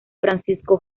francisco